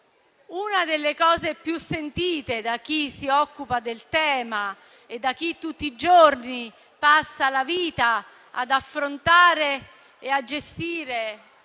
Una delle cose più sentite da chi si occupa del tema e da chi tutti i giorni passa la vita a gestire